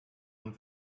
man